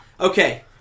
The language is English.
Okay